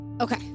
Okay